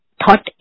thought